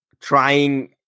trying